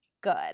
good